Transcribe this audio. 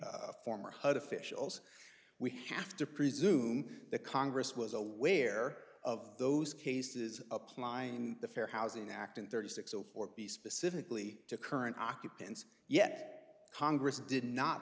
former hud officials we have to presume that congress was aware of those cases applying the fair housing act in thirty six zero four be specifically to current occupants yet congress did not